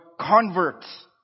converts